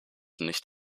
nicht